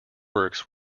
works